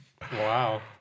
wow